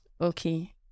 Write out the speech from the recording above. Okay